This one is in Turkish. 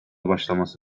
başlaması